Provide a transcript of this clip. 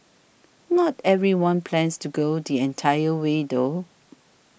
not everyone plans to go the entire way though